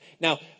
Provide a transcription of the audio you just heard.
Now